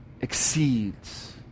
exceeds